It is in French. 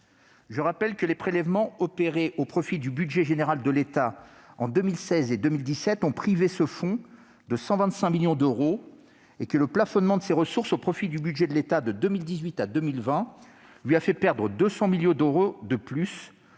Je rappelle que les prélèvements opérés au profit du budget général de l'État, en 2016 et 2017, ont privé ce fonds de 125 millions d'euros et que le plafonnement de ses ressources au profit du budget de l'État, de 2018 à 2020, lui a fait perdre 200 millions d'euros de plus,